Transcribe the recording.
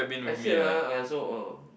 I hear ah I also oh